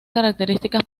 características